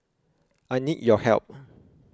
I need your help